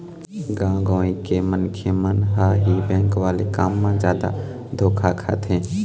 गाँव गंवई के मनखे मन ह ही बेंक वाले काम म जादा धोखा खाथे